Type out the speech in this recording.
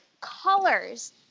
colors